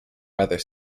weather